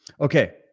Okay